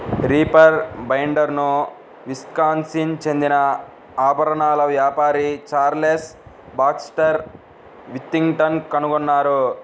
reaper బైండర్ను Wisconsin చెందిన ఆభరణాల వ్యాపారి చార్లెస్ బాక్స్టర్ విథింగ్టన్ కనుగొన్నారు